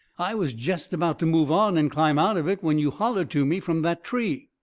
i was jest about to move on and climb out of it when you hollered to me from that tree.